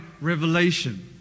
revelation